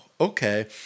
okay